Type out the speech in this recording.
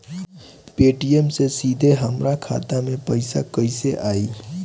Paytm से सीधे हमरा खाता मे पईसा कइसे आई?